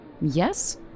Yes